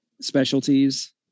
specialties